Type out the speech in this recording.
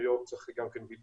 בניו-יורק צריך בידוד,